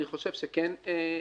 אני חושב שכן